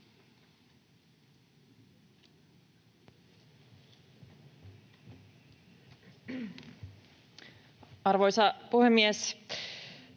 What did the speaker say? Arvoisa puhemies!